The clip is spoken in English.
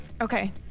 Okay